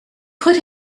put